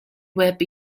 web